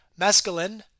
mescaline